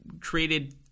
created